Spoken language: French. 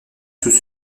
sous